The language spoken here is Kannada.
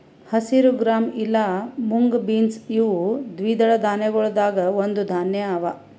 ಹಸಿರು ಗ್ರಾಂ ಇಲಾ ಮುಂಗ್ ಬೀನ್ಸ್ ಇವು ದ್ವಿದಳ ಧಾನ್ಯಗೊಳ್ದಾಂದ್ ಒಂದು ಧಾನ್ಯ ಅವಾ